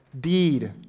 deed